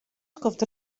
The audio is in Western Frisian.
skoft